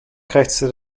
krächzte